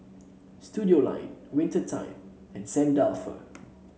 Studioline Winter Time and Saint Dalfour